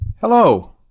Hello